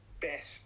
best